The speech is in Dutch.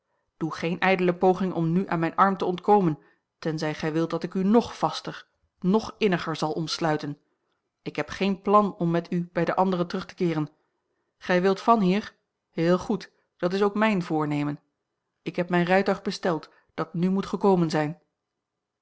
doe geene ijdele poging om nu aan mijn arm te ontkomen tenzij gij wilt dat ik u ng vaster ng inniger zal omsluiten ik heb geen plan om met u bij de anderen terug te keeren gij wilt van hier heel goed dat is ook mijn voornemen ik heb mijn rijtuig besteld dat n moet gekomen zijn